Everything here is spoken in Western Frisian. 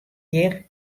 hjir